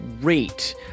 Great